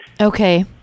Okay